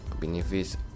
benefits